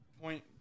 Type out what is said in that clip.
point